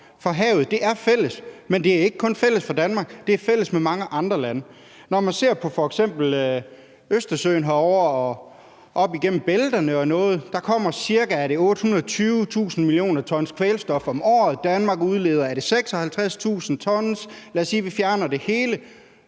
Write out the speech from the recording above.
For havet er fælles, men det er ikke kun fælles for Danmark; det er fælles med mange andre lande. Når man ser på f.eks. Østersøen og op igennem bælterne, kommer der cirka 820.000 mio. t kvælstof om året. Danmark udleder 56.000 t. Lad os sige, vi fjerner det hele.